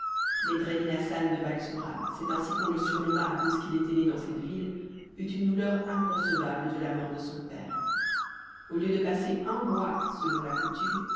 hassan de balsora c'est ainsi qu'on le surnomma à cause qu'il était né dans cette ville eut une douleur inconcevable de la mort de son père au lieu de passer un mois selon la coutume